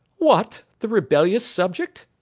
what, the rebellious subject?